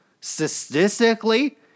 statistically